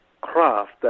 craft